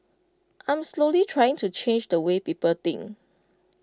I'm slowly trying to change the way people think